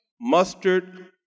mustard